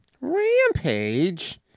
Rampage